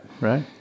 right